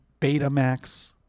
Betamax